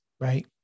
right